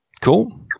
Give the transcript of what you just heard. Cool